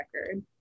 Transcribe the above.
record